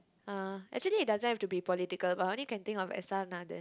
uh actually it doesn't have to be political but I can only think of S_R-Nathan